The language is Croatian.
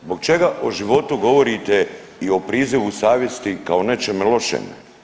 Zbog čega o životu govorite i o prizivu savjesti kao nečemu lošemu?